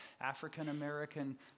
African-American